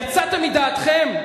יצאתם מדעתכם?